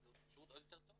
זה שירות עוד יותר טוב,